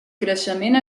creixement